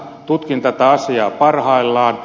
tutkin tätä asiaa parhaillaan